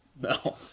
No